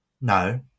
No